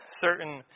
certain